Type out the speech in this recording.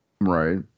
Right